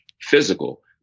physical